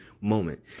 moment